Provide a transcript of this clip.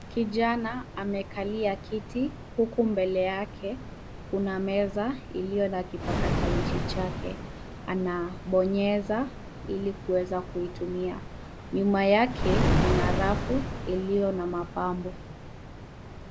Kijana amekalia kiti huku mbele yake kuna meza iliyo na kipakatalishi chake. Anabonyeza ili kuweza kuitumia. Nyuma yake kuna rafu iliyo na mapambo.